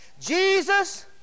Jesus